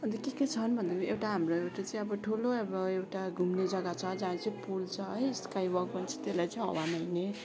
अन्त के के छन् भन्दाखेरि एउटा हाम्रो एउटा चाहिँ अब ठुलो अब एउटा घुम्ने जग्गा छ जहाँ चाहिँ पुल छ है स्काई वक भन्छ त्यसलाई चाहिँ हावामा हिँड्ने